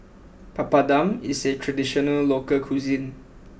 Papadum is a traditional local cuisine